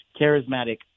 charismatic